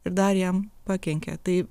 ir dar jam pakenkė tai